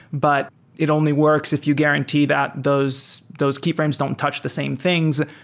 but it only works if you guarantee that those those keyframes don't touch the same things.